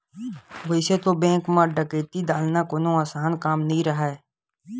वइसे तो बेंक म डकैती डालना कोनो असान काम नइ राहय